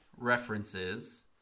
references